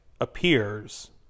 appears